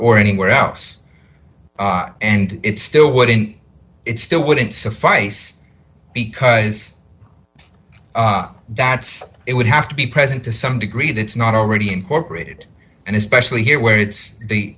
or anywhere else and it still wouldn't it still wouldn't fight because that's it would have to be present to some degree that's not already incorporated and especially here where it's the